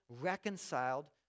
reconciled